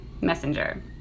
messenger